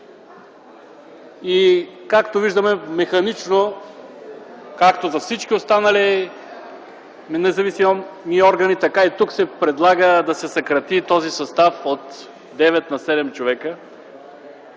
Както виждаме, механично, както за всички останали независими органи, така и тук се предлага да се съкрати този състав от девет на седем човека.